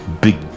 Big